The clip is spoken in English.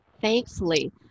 thankfully